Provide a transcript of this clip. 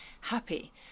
happy